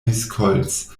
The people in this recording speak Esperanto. miskolc